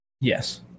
Yes